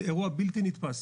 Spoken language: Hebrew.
זה אירוע בלתי נתפס.